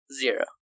Zero